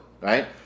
right